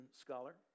scholar